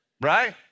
Right